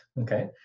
Okay